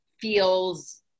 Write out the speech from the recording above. feels